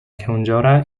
kędziora